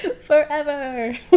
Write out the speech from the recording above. Forever